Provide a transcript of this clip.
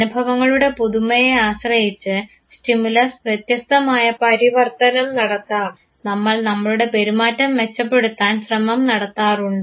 അനുഭവങ്ങളുടെ പുതുമയെ ആശ്രയിച്ച് സ്റ്റിമുലസ് വ്യത്യസ്തമായ പരിവർത്തനം നടത്താം നമ്മൾ നമ്മളുടെ പെരുമാറ്റം മെച്ചപ്പെടുത്താൻ ശ്രമം നടത്താറുണ്ട്